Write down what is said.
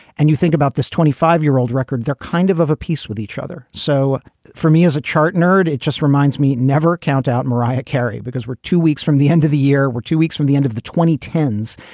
and you think about this twenty five year old record there, kind of of a piece with each other. so for me as a chart nerd, it just reminds me, never count out mariah carey, because we're two weeks from the end of the year. we're two weeks from the end of the twenty ten s.